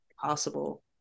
possible